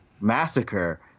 massacre